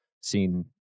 seen